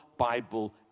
Bible